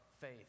faith